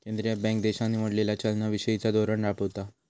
केंद्रीय बँका देशान निवडलेला चलना विषयिचा धोरण राबवतत